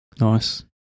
Nice